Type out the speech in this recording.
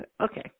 okay